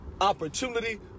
opportunity